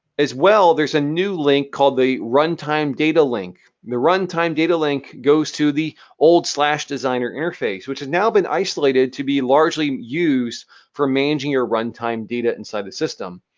as well, there's a new link called the runtime data link. the runtime data link goes to the old so designer interface, which has now been isolated to be largely used for managing your runtime data inside the system.